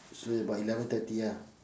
so about eleven thirty ah